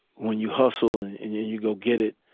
when you hustle and you go get it,